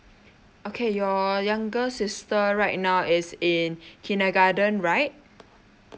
okay your younger sister right now is in kindergarten right